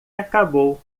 acabou